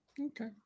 Okay